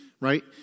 Right